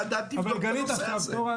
גלית עכשיו מדברת.